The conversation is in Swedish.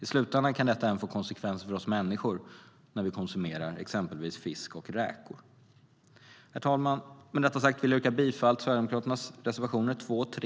I slutändan kan detta även få konsekvenser för oss människor när vi konsumerar exempelvis fisk och räkor. Herr talman! Med detta sagt vill jag yrka bifall till Sverigedemokraternas reservationer 2 och 3.